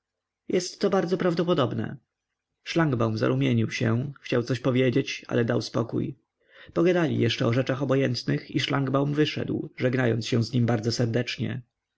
wycofać jestto bardzo prawdopodobne szlangbaum zarumienił się chciał coś powiedzieć ale dał spokój pogadali jeszcze o rzeczach obojętnych i szlangbaum wyszedł żegnając się z nim bardzo serdecznie